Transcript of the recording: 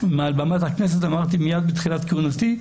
ומעל במת הכנסת אמרתי מייד עם תחילת כהונתי,